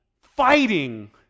fighting